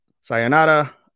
sayonara